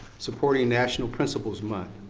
supporting national principal's month.